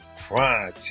crying